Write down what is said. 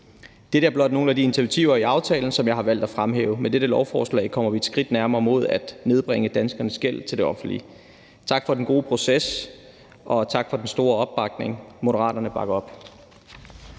Dette er blot nogle af de initiativer i aftalen, som jeg har valgt at fremhæve. Med dette lovforslag kommer vi et skridt nærmere at nedbringe danskernes gæld til det offentlige. Tak for den gode proces, og tak for den store opbakning. Moderaterne bakker op.